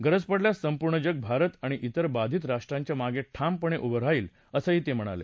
गरज पडल्यास संपूर्ण जग भारत आणि तिर बाधित राष्ट्रांच्या मागे ठामपणे उभं राहील असं ते म्हणाले